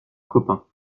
copain